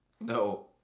no